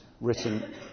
written